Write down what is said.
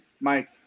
Mike